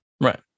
Right